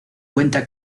cuenta